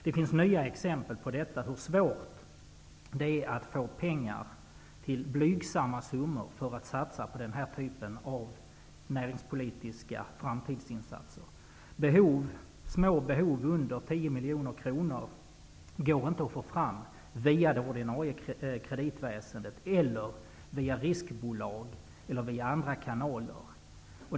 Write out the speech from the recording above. Det finns nya exempel på hur svårt det är att få pengar, till blygsamma summor, för att satsa på den här typen av näringspolitiska framtidsinsatser. Små behov, under 10 miljoner kronor, går det inte att via det ordinarie kreditväsendet, via riskbolag eller via andra kanaler få fram medel till.